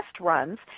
runs